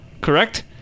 correct